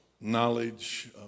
knowledge